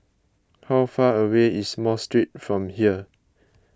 how far away is Mosque Street from here